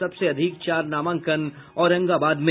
सबसे अधिक चार नामांकन औरंगाबाद में